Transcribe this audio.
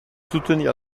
soutenir